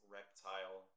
Reptile